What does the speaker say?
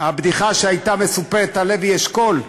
הבדיחה שסופרה על לוי אשכול: